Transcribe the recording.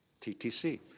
TTC